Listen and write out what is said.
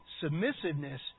submissiveness